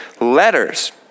letters